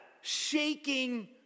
shaking